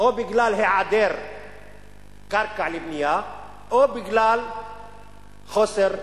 או בגלל היעדר קרקע לבנייה, או בגלל חוסר תקציב.